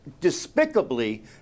despicably